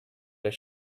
does